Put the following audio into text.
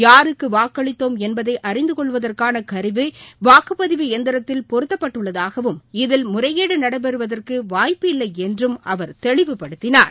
யாருக்கு வாக்களித்தோம் என்பதை அறிந்து கொள்வதற்கான கருவி வாக்குப்பதிவு எந்திரத்தில் பொருத்தப்பட்டுள்ளதாகவும் இதில் முறைகேடு நடைபெறுவதற்கு வாய்ப்பு இல்லை என்றும் அவர் தெளிவுபடுத்தினார்